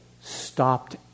stopped